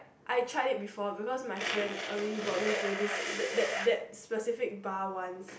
I tried it before because my friend already brought me to this that that that specific bar once